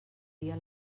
dia